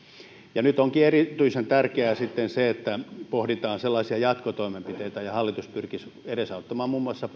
nyt onkin erityisen tärkeää sitten että pohditaan jatkotoimenpiteitä ja hallitus pyrkisi edesauttamaan muun muassa